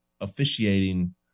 officiating